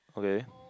okay